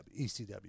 ECW